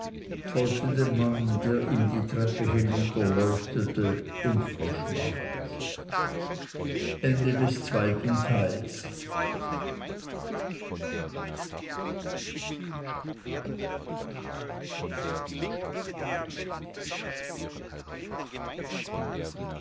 folgte dem mann der ihm die treppe hinunter leuchtete und verschwand